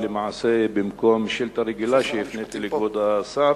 למעשה במקום שאילתא רגילה שהפניתי לכבוד השר,